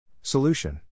Solution